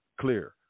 clear